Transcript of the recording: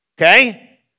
okay